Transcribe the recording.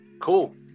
cool